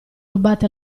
rubate